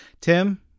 Tim